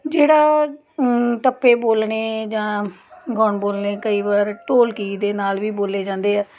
ਜਿਹੜਾ ਟੱਪੇ ਬੋਲਣੇ ਜਾਂ ਗੋਣ ਬੋਲਣੇ ਕਈ ਵਾਰ ਢੋਲਕੀ ਦੇ ਨਾਲ ਵੀ ਬੋਲੇ ਜਾਂਦੇ ਆ